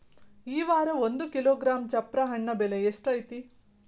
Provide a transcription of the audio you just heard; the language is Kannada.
ಈ ವಾರ ಒಂದು ಕಿಲೋಗ್ರಾಂ ಚಪ್ರ ಹಣ್ಣ ಬೆಲೆ ಎಷ್ಟು ಐತಿ?